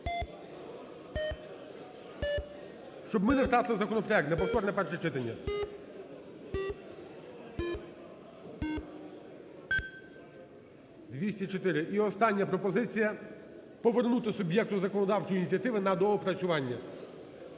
щоб ми не втратили законопроект, на повторне перше читання. 12:11:09 За-204 І остання пропозиція – повернути суб'єкту законодавчої ініціативи на доопрацювання.